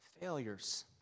failures